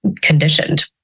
conditioned